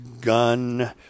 Gun